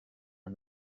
and